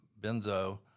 benzo